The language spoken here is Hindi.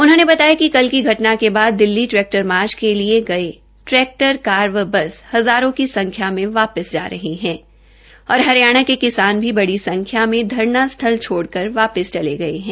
उन्होंने बताया कि कल की घटना के बाद दिल्ली ट्रैक्टर मार्च के लिए गये ट्रैक्टर कारे व बस हजारों की संख्या मे वापिस जा रहे हैं और हरियाणा के किसान भी बड़ी संख्या में धरना स्थल छोड़कर वापिस चले गये है